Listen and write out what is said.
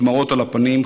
דמעות על הפנים,